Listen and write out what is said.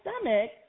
stomach